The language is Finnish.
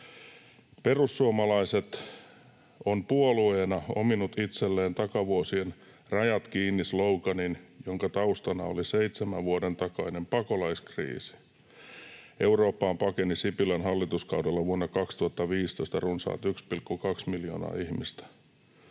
”Perussuomalaiset on puolueena ominut itselleen takavuosien rajat kiinni ‑sloganin, jonka taustana oli seitsemän vuoden takainen pakolaiskriisi. Eurooppaan pakeni Sipilän hallituskaudella vuonna 2015 runsaat 1,2 miljoonaa ihmistä.